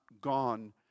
gone